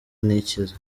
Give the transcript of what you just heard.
ntikize